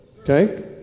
Okay